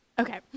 Okay